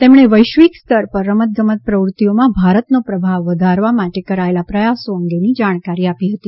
તેમણે વૈશ્વિક સ્તર પર રમતગમત પ્રવૃત્તિઓમાં ભારતનો પ્રભાવ વધારવા માટે કરાયેલા પ્રયાસો અંગેની જાણકારી આપી હતી